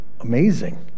amazing